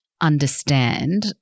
understand